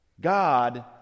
god